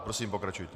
Prosím, pokračujte.